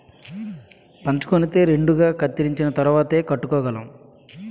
పంచకొనితే రెండుగా కత్తిరించిన తరువాతేయ్ కట్టుకోగలం